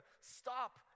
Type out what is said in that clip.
stop